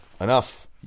Enough